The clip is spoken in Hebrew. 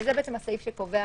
זה הסעיף שקובע